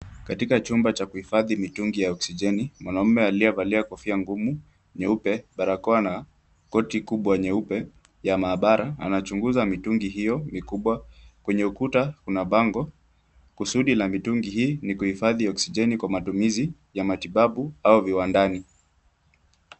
Katika chumba cha kuhifadhi mitungi ya oksijeni , mwanaume aliyevalia kofia ngumu nyeupe, barakoa na koti kubwa nyeupe ya maabara anachunguza mitungi hiyo mikubwa. Kwenye ukuta kuna bango, kusudi la mitungi hii ni kuhifadhi oksijeni kwa matumizi ya matibabu au viwandani.